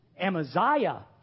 Amaziah